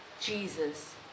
Jesus